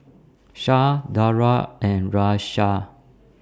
Shah Dara and Raisya